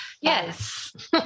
Yes